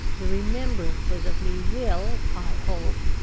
the remembrances of me will, i hope,